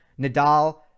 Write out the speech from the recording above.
Nadal